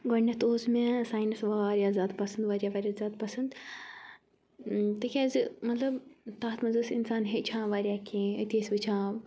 گۄڈٕنیٚتھ اوس مےٚ ساینَس واریاہ زیادٕ پَسنٛد واریاہ واریاہ زیادٕ پَسنٛد تِکیٛازِ مطلب تَتھ منٛز ٲسۍ اِنسان ہیٚچھان واریاہ کینٛہہ أتی ٲسۍ وٕچھان